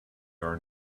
are